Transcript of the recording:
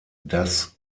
das